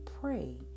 pray